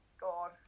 God